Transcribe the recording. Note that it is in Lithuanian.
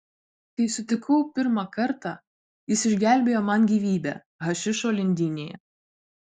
kai sutikau pirmą kartą jis išgelbėjo man gyvybę hašišo lindynėje